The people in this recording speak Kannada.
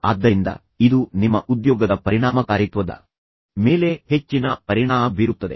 ಆದ್ದರಿಂದ ಇದು ನಿಮ್ಮ ಉದ್ಯೋಗದ ಪರಿಣಾಮಕಾರಿತ್ವದ ಮೇಲೆ ಹೆಚ್ಚಿನ ಪರಿಣಾಮ ಬೀರುತ್ತದೆ